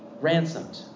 ransomed